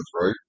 right